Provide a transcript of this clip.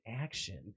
action